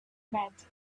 met